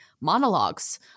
monologues